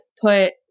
put